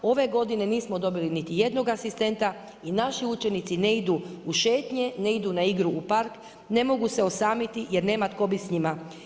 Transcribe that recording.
Ove godine nismo dobili niti jednog asistenta i naši učenici ne idu u šetnje, ne idu na igru u park, ne mogu se osamiti, jer nema tko biti s njima.